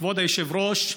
כבוד היושב-ראש,